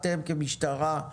אתם כמשטרה,